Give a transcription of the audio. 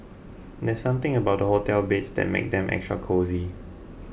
there's something about hotel beds that makes them extra cosy